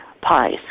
pies